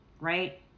right